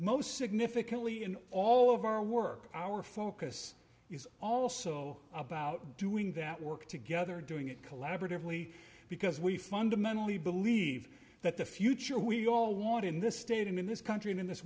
most significantly in all of our work our focus is also about doing that work together doing it collaboratively because we fundamentally believe that the future we all want in this state and in this country and in this